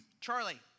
Charlie